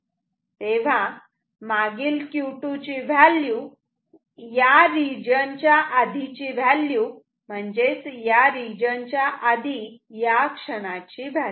तेव्हा मागील Q2 ची व्हॅल्यू या रिजन च्या आधीची व्हॅल्यू म्हणजे या रिजन च्या आधी या क्षणाची व्हॅल्यू